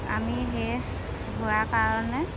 আমি সেই হোৱা কাৰণে